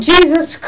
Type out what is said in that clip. Jesus